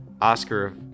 Oscar